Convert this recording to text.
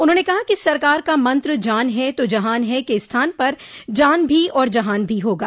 उन्होंने कहा कि सरकार का मंत्र जान है तो जहान है के स्थान पर जान भी और जहान भी होगा